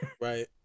Right